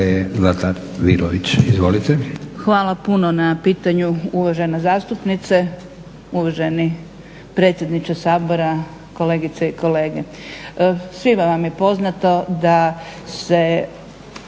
**Zlatar Violić, Andrea (HNS)** Hvala puno na pitanju, uvažena zastupnice. Uvaženi predsjedniče Sabora, kolegice i kolege svima vam je poznato da se